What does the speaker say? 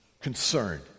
concerned